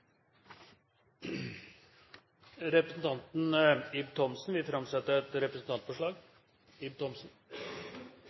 Representanten Ib Thomsen vil framsette et representantforslag.